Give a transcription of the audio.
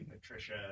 Patricia